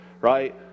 Right